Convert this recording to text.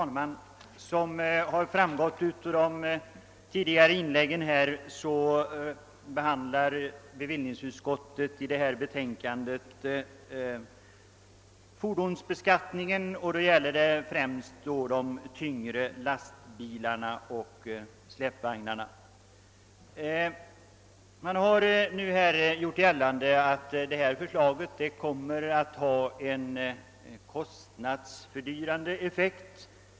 Herr talman! Som framgått av de tidigare inläggen i denna debatt behandlar bevillningsutskottet i förevarande betänkande Kungl. Maj:ts förslag om ändringar i fordonsbeskattningen som gäller främst de tyngre lastbilarna och släpvagnarna. Reservanterna har gjort gällande att detta förslag kommer att få en kostnadsfördyrande effekt.